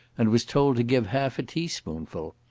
and was told to give half a teaspoonful.